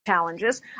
Challenges